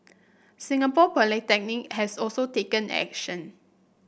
Singapore Polytechnic has also taken action